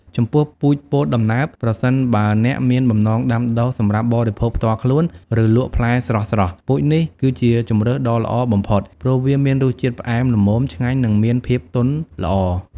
ចំពោះពូជពោតដំណើប ប្រសិនបើអ្នកមានបំណងដាំដុះសម្រាប់បរិភោគផ្ទាល់ខ្លួន ឬលក់ផ្លែស្រស់ៗ ពូជនេះគឺជាជម្រើសដ៏ល្អបំផុត ព្រោះវាមានរសជាតិផ្អែមល្មម ឆ្ងាញ់ និងមានភាពទន់ល្អ។